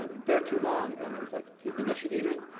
um there too long. and i was like, do you think i should eat it?